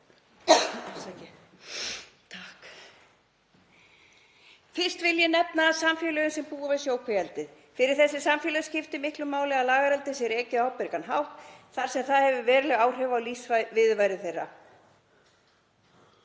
Fyrst vil ég nefna samfélögin sem búa við sjókvíaeldið. Fyrir þessi samfélög skiptir miklu máli að lagareldið sé rekið á ábyrgan hátt þar sem það hefur veruleg áhrif á lífsviðurværi þeirra.